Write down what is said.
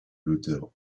l’auteure